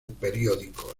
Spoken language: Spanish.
periódico